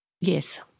Yes